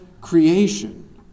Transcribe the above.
creation